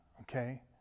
okay